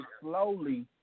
slowly